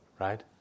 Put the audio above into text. right